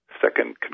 Second